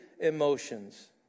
emotions